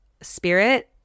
spirit